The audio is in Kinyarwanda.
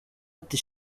ati